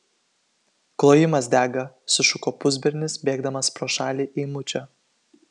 klojimas dega sušuko pusbernis bėgdamas pro šalį eimučio